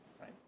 right